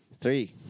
Three